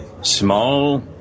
Small